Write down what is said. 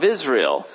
Israel